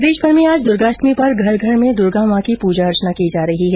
प्रदेशभर में आज दुर्गाष्टमी पर घर घर में दुर्गा मां की पूजा अर्चना की जा रही है